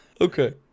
Okay